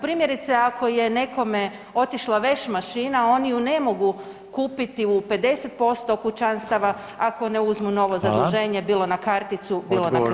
Primjerice ako je nekome otišla veš mašina oni je ne mogu kupiti u 50% kućanstava ako ne uzmu novo zaduženje bilo [[Upadica: Hvala.]] na karticu, bilo na kredit.